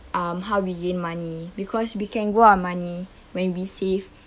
um how we gain money because we can grow our money when we save